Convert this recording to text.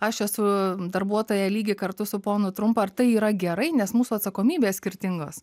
aš esu darbuotoja lygi kartu su ponu trumpa ar tai yra gerai nes mūsų atsakomybės skirtingos